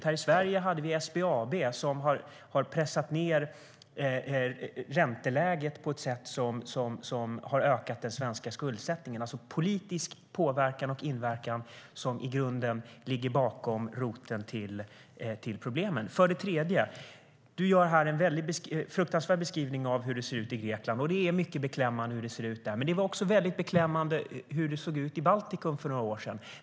Här i Sverige pressade SBAB ränteläget på ett sätt som har ökat den svenska skuldsättningen. Det är politisk påverkan och inverkan som i grunden är roten till problemen. För det tredje: Du gör här en fruktansvärd beskrivning av hur det ser ut i Grekland, och situationen där är mycket beklämmande. Men det var också väldigt beklämmande att se hur det såg ut i Baltikum för några år sedan.